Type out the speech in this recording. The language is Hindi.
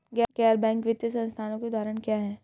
गैर बैंक वित्तीय संस्थानों के उदाहरण क्या हैं?